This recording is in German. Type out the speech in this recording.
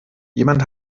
jemand